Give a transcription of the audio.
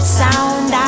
sound